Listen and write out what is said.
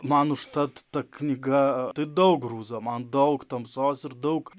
man užtat ta knyga tai daug grūzo man daug tamsos ir daug